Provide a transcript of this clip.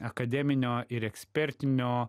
akademinio ir ekspertinio